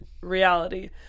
reality